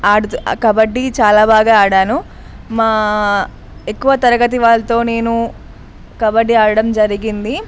కబడ్డీ చాలా బాగా ఆడాను మా ఎక్కువ తరగతి వాళ్ళతో నేను కబడ్డీ ఆడడం జరిగింది